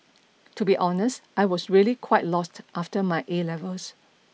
to be honest I was really quite lost after my A levels